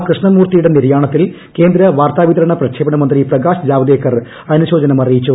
കൃഷ്ണമൂർത്തിയുടെ നിര്യാണത്തിൽ കേന്ദ്ര വാർത്താവിതരണ പ്രക്ഷേപണ മന്ത്രി പ്രകാശ് ജാവദേക്കർ അനുശോചനമറിയിച്ചു